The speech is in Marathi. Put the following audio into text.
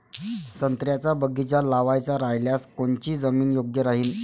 संत्र्याचा बगीचा लावायचा रायल्यास कोनची जमीन योग्य राहीन?